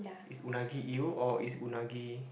is unagi eel or is unagi